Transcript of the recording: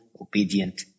obedient